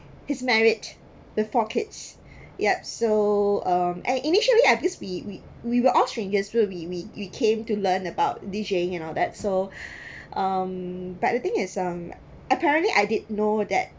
his marriage the forecasts yup so um I initially just be we we we were all strangers we were be we we we came to learn about D_J-ing and all that so um but the thing is um apparently I did know that